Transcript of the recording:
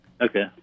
Okay